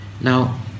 Now